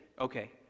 okay